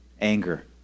anger